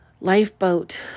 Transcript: lifeboat